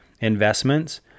investments